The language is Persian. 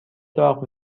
داغ